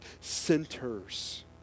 centers